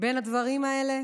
בין הדברים האלה